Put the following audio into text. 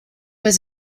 was